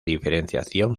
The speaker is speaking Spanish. diferenciación